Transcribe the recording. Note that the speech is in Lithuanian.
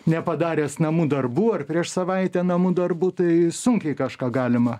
nepadaręs namų darbų ar prieš savaitę namų darbų tai sunkiai kažką galima